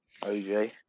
OJ